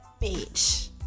bitch